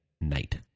night